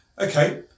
Okay